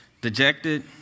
dejected